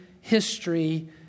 history